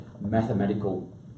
mathematical